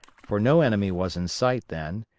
for no enemy was in sight then,